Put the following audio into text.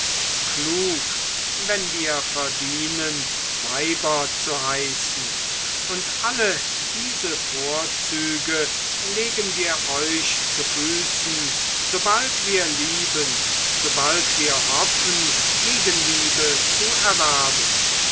klug wenn wir verdienen weiber zu heißen und alle diese vorzüge legen wir euch zu füßen sobald wir lieben sobald wir hoffen gegenliebe zu erwerben